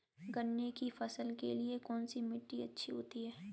गन्ने की फसल के लिए कौनसी मिट्टी अच्छी होती है?